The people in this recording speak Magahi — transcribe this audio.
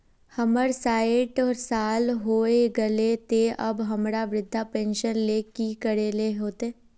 हमर सायट साल होय गले ते अब हमरा वृद्धा पेंशन ले की करे ले होते?